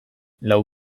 lau